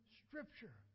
scripture